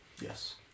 Yes